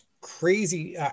crazy